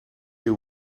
you